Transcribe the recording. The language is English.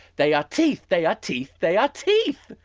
they are teeth. they are teeth. they are teeth.